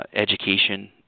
education